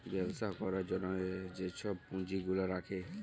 ব্যবছা ক্যরার জ্যনহে যে ছব পুঁজি গুলা রাখে